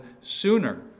sooner